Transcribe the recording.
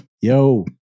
Yo